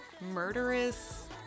murderous